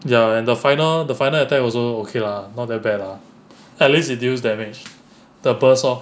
ya and the final the final attack also okay lah not bad lah at least reduce damage the burst lor